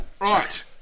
Right